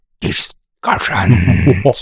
discussion